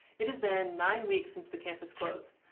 it has been nine weeks since the campus closed,